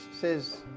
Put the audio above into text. says